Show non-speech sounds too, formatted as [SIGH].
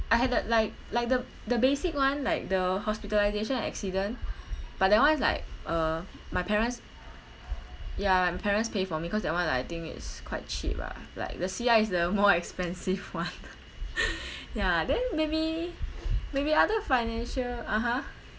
I had that like like the the basic [one] like the hospitalisation and accident but that one is like uh my parents yeah my parents pay for me cause that [one] like I think is quite cheap ah like the C_I is the more expensive [one] [LAUGHS] ya then maybe maybe other financial (uh huh)